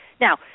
Now